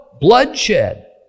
bloodshed